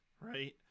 right